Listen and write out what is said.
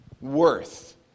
worth